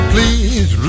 Please